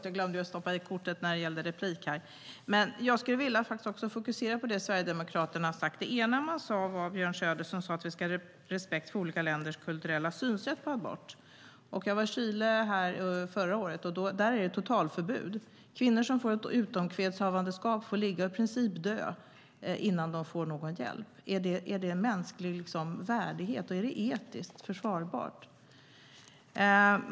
Herr talman! Jag skulle också vilja fokusera på vad Sverigedemokraterna har sagt. Det ena är vad Björn Söder sade om att vi ska ha respekt för olika länders kulturella synsätt när det gäller abort. Jag var i Chile förra året. Där är det totalförbud. Kvinnor som får ett utomkvedshavandeskap får i princip ligga och dö innan de får någon hjälp. Är det mänsklig värdighet? Är det etiskt försvarbart?